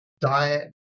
diet